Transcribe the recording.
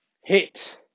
hit